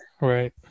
right